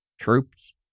troops